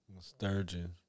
Sturgeon